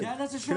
כן, איזה שאלה.